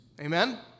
Amen